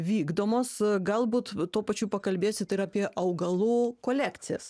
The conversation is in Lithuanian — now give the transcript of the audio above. vykdomos galbūt tuo pačiu pakalbėsit ir apie augalų kolekcijas